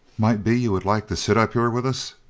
might be you would like to sit up here with us?